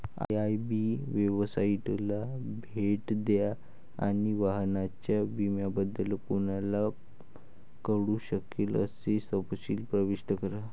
IIB वेबसाइटला भेट द्या आणि वाहनाच्या विम्याबद्दल कोणाला कळू शकेल असे तपशील प्रविष्ट करा